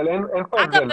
אבל אין פה הבדל,